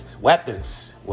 Weapons